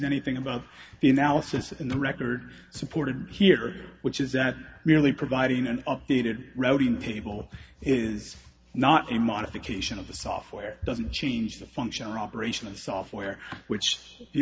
anything about the analysis in the record supported here which is that merely providing an updated routing table is not a modification of the software doesn't change the function or operation in software which you